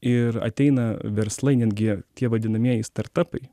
ir ateina verslai netgi tie vadinamieji startapai